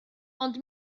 ond